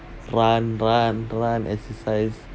run run run exercise